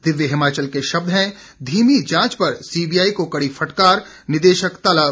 दिव्य हिमाचल के शब्द हैं धीमी जांच पर सीबीआई को कड़ी फटकार निदेशक तलब